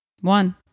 one